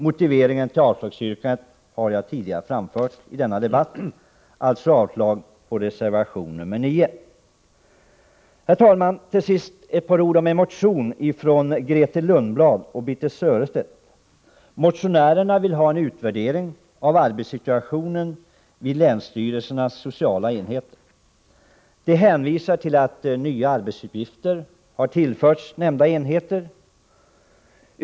Motiveringen till avslagsyrkandet har jag tidigare framfört i denna debatt. Jag yrkar alltså avslag på reservation 9. Herr talman! Till sist några ord om en motion från Grethe Lundblad och Birthe Sörestedt. Motionärerna vill ha en utvärdering av arbetssituationen vid länsstyrelsernas sociala enheter. De hänvisar till att nya arbetsuppgifter har tillförts nämnda enheter.